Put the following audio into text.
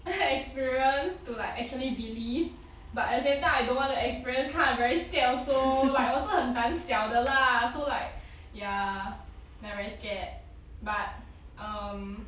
experience to like actually believe but at the same time I don't want experience kind of very scared also like 我是很胆小的 lah so like ya I very scared but um